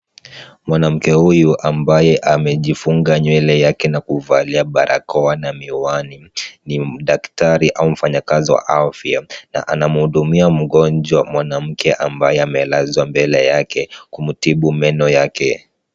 Mwanamke huyu ambaye amejifunga nywele yake na kuvalia barakoa na miwani, ni daktari au mfanyakazi wa afya na anamhudumia mgonjwa mwanamke ambaye amelazwa mbele yake kumtibu meno yake.